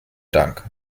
dank